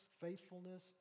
faithfulness